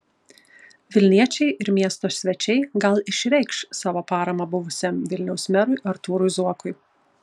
vilniečiai ir miesto svečiai gal išreikš savo paramą buvusiam vilniaus merui artūrui zuokui